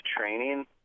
training